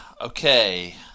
Okay